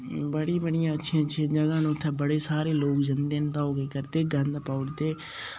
बड़ी बड़ियां अच्छियां अच्छियां जगह् न उत्थै बड़े सारे लोक जंदे न तां ओह् केह् करदे गंद पाई ओड़दे